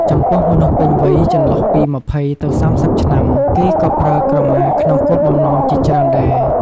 ចំពោះមនុស្សពេញវ័យចន្លោះពី២០ទៅ៣០ឆ្នាំ គេក៏ប្រើក្រមាក្នុងគោលបំណងជាច្រើនដែរ។